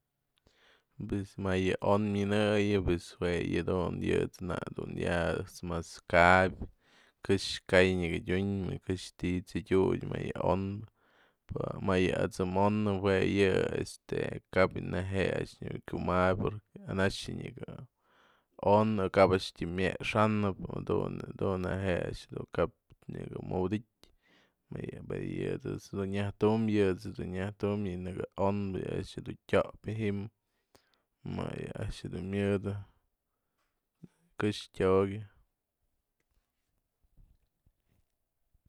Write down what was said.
Pues më yë on mynëyën pues jue yë dun yë na'ad dun ejt's ya mas kaypë këxë ka'ay nyagadyu'un këxë ti'i tsëdiuty më yë on më yë atsë'ëm on jue yë este ka'ap neje'e a'ax nyawë kumabyë porque ana'axa nyaga ona ka'ap tyam mexa'anëpë jadun yë dun neje'e ka'ap nyaga mawedytë më yë ejt's dun yajtu'unbë yë ejt's dun yajtu'un yë nëkë onbë yë a'ax dun tyo'opë ji'im më yë a'ax dun myëdë këxë tyo'okë.